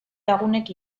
lagunek